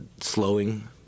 slowing